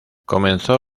comenzó